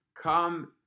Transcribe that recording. come